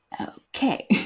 okay